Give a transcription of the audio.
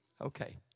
Okay